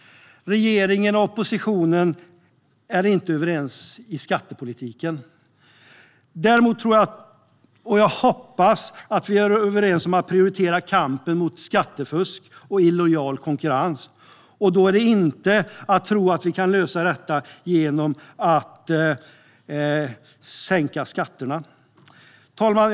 Regeringen och oppositionen är inte överens om skattepolitiken, men jag tror och hoppas att vi är överens om att prioritera kampen mot skattefusk och illojal konkurrens. Det går dock inte att tro att vi kan lösa detta genom att sänka skatterna. Fru ålderspresident!